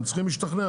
הם צריכים להשתכנע.